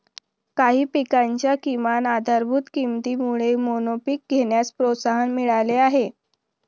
काही पिकांच्या किमान आधारभूत किमतीमुळे मोनोपीक घेण्यास प्रोत्साहन मिळाले आहे